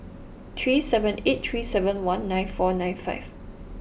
three seven eight three seven one nine four nine five